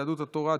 יהדות התורה,